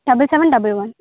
double seven double one